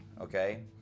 okay